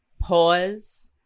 pause